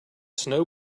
snow